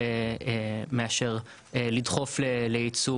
מאשר לדחוף לייצוא